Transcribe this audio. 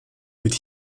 wird